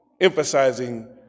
emphasizing